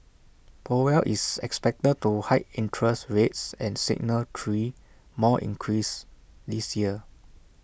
powell is expected to hike interest rates and signal three more increases this year